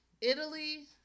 Italy